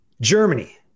Germany